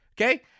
okay